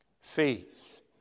Faith